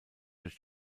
durch